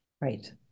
right